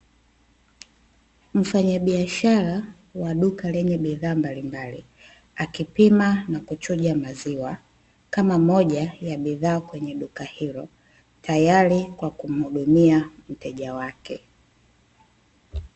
Mfanyabiashara wa duka lenye bidhaa mbalimbali, akipimia na kuchuja maziwa, kama moja ya bidhaa kwenye duka hilo, tayari kwa kumhudumia mteja wake.